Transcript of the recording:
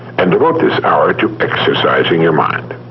and devote this hour to exercising your mind.